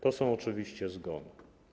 To są oczywiście zgony.